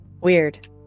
Weird